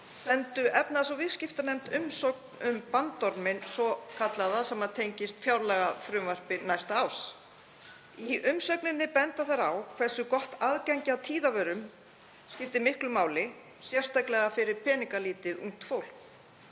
sendu efnahags- og viðskiptanefnd umsögn um bandorminn svokallaða, sem tengist fjárlagafrumvarpi næsta árs. Í umsögninni benda þær á hversu gott aðgengi að tíðavörum skiptir miklu máli, sérstaklega fyrir peningalítið ungt fólk;